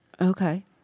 Okay